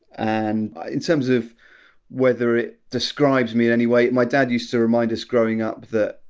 and in terms of whether it describes me in any way my dad used to remind us growing up that!